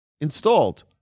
installed